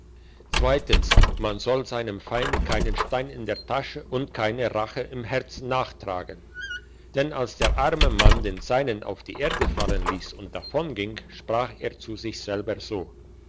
zweitens man soll seinem feind keinen stein in der tasche und keine rache im herzen nachtragen denn als der arme mann den seinen auf die erde fallen liess und davonging sprach er zu sich selber so